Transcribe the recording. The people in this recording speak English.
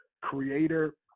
creator